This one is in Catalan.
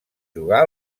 jugar